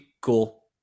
Cool